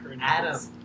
Adam